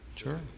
Sure